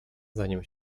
zanim